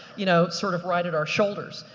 you know, sort of right at our shoulders.